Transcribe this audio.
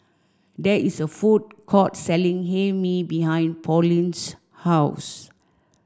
there is a food court selling Hae Mee behind Pauline's house